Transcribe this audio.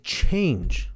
change